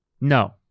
No